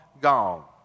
gone